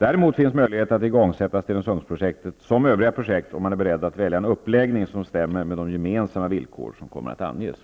Däremot finns möjlighet att igångsätta Stenungsundsprojektet, som övriga projekt, om man är beredd att välja en uppläggning som stämmer med de gemensamma villkor som kommer att anges.